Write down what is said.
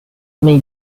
may